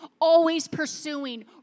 always-pursuing